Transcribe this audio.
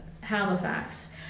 Halifax